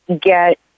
get